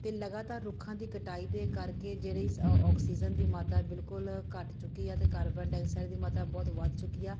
ਅਤੇ ਲਗਾਤਾਰ ਰੁੱਖਾਂ ਦੀ ਕਟਾਈ ਦੇ ਕਰਕੇ ਜਿਹੜੇ ਔ ਔਕਸੀਜ਼ਨ ਦੀ ਮਾਤਰਾ ਬਿਲਕੁਲ ਘੱਟ ਚੁੱਕੀ ਆ ਅਤੇ ਕਾਰਬਨ ਡਾਈਆਕਸਾਈਡ ਦੀ ਮਤਾਰਾ ਬਹੁਤ ਵੱਧ ਚੁੱਕੀ ਆ